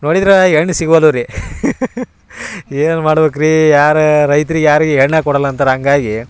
ನೋಡಿದ್ರಲ್ಲ ಹೆಣ್ಣು ಸಿಗೊಲ್ಲವು ರೀ ಏನು ಮಾಡ್ಬೇಕು ರೀ ಯಾರ ರೈತ್ರಿಗೆ ಯಾರಿಗೆ ಹೆಣ್ಣೇ ಕೊಡೋಲ್ಲ ಅಂತಾರೆ ಹಂಗಾಗಿ